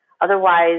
Otherwise